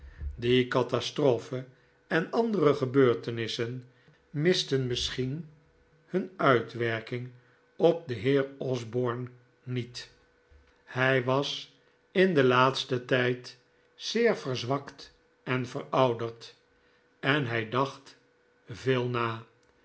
die catastrophe en andere gebeurtenissen misten misschien hun uitwerking op den heer osborne n l et hij was in den laatsten tijd zeer verzwakt en verouderd en hij dacht veel na